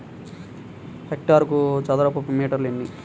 హెక్టారుకు చదరపు మీటర్లు ఎన్ని?